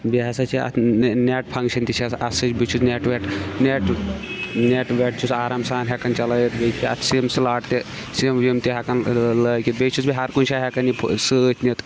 بیٚیہِ ہسا چھِ اَتھ نیٹ فنٛگشن تہِ چھِ اَتھ سۭتۍ بہٕ چھُس نیٹ ویٹ نیٹ نیٹ ویٹ چھُس آرام سان ہٮ۪کان چلٲوِتھ ییٚلہِ تہِ اتھ سِم سُلاٹ تہِ سِم وِم تہِ ہٮ۪کان لٲگِتھ بیٚیہِ چھُس بہٕ ہر کُنہِ جایہِ ہٮ۪کان یہِ سۭتۍ نِتھ